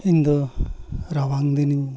ᱤᱧᱫᱚ ᱨᱟᱵᱟᱝ ᱫᱤᱱ ᱤᱧ